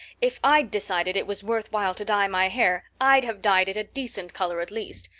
if i'd decided it was worth while to dye my hair i'd have dyed it a decent color at least.